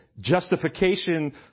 justification